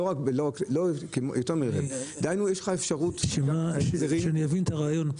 שאני אבין את הרעיון,